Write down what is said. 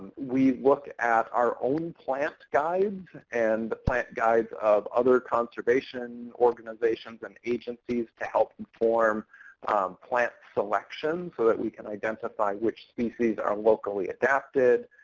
we look at our own plant guides and the plant guides of other conservation organizations and agencies to help inform plant selection so that we can identify which species are locally adapted.